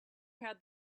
had